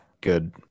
good